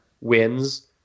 wins